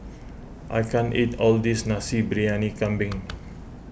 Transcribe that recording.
I can't eat all of this Nasi Briyani Kambing